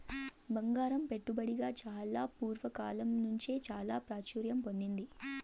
బంగారం పెట్టుబడిగా చానా పూర్వ కాలం నుంచే చాలా ప్రాచుర్యం పొందింది